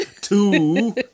two